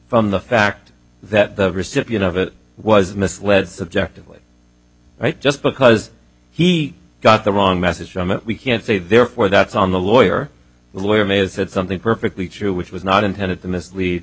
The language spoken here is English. from the fact that the recipient of it was misled subjectively right just because he got the wrong message from it we can't say therefore that's on the lawyer the lawyer may have said something perfectly true which was not intended to mislead